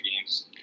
games